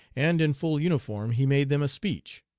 and in full uniform he made them a speech.